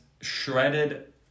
shredded